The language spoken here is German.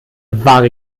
wahre